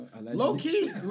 Low-key